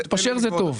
להתפשר זה טוב.